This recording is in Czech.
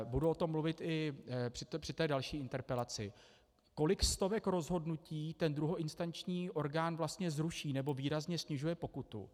Budu o tom mluvit i při další interpelaci, kolik stovek rozhodnutí druhoinstanční orgán vlastně zruší nebo výrazně snižuje pokutu.